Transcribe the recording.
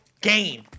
game